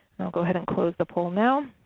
and i'll go ahead and close the poll now.